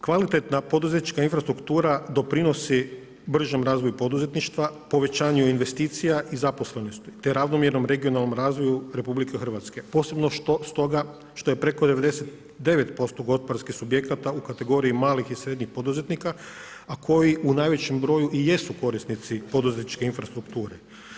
Kvalitetna poduzetnička infrastruktura doprinosi bržem razvoju poduzetništva, povećanju investicija i zaposlenosti te ravnomjernom regionalnom razvoju RH, posebno što je preko 99% gospodarskih subjekata u kategoriji malih i srednjih poduzetnika, a koji u najvećem broju i jesu korisnici poduzetničke infrastrukture.